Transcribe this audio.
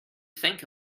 think